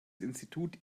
institut